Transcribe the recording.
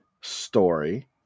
story